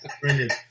Brilliant